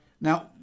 Now